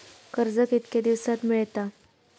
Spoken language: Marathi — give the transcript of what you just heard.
कर्ज कितक्या दिवसात मेळता?